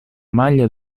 maglia